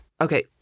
okay